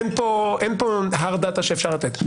אין פה הארד דאטא שאפשר לתת.